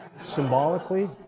symbolically